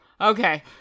okay